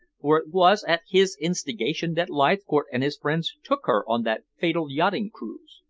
for it was at his instigation that leithcourt and his friends took her on that fatal yachting cruise.